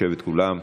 לשבת כולם.